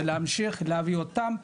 ולהמשיך להביא אותם,